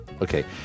Okay